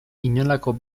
inolako